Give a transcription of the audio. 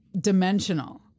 dimensional